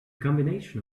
combination